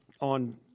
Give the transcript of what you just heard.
on